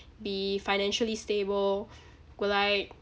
be financially stable will I